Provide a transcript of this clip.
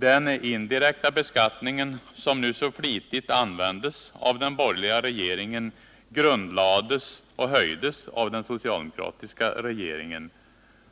Den indirekta beskattningen, som nu så flitigt används av den borgerliga regeringen, grundlades och utvecklades av den socialdemokratiska regeringen.